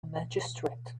magistrate